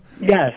Yes